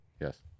Yes